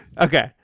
Okay